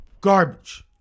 garbage